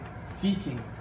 seeking